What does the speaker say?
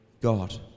God